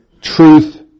truth